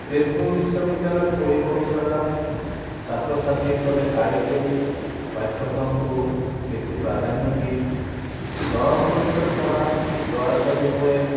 তেজপুৰ বিশ্ববিদ্যালয়ত পঢ়িব বিচৰা ছাত্ৰ ছাত্ৰীসকলে কাৰিকৰী পাঠ্যক্ৰমটো বেছি প্ৰাধান্য দিয়ে দৰং কলেজত পঢ়া ল'ৰা ছোৱালীবোৰে